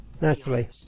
Naturally